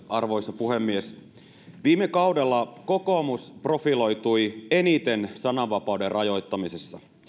arvoisa puhemies viime kaudella kokoomus profiloitui eniten sananvapauden rajoittamisessa